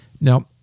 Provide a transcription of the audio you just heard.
Now